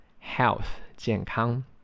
Health,健康